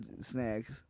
snacks